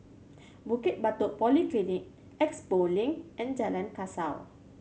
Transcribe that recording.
Bukit Batok Polyclinic Expo Link and Jalan Kasau